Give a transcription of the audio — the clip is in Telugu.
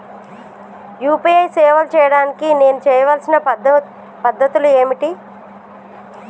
యూ.పీ.ఐ సేవలు చేయడానికి నేను చేయవలసిన పద్ధతులు ఏమిటి?